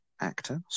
actor